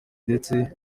buteye